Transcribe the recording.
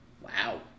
wow